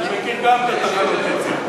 אני מכיר גם את תחנות היציאה.